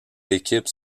l’équipe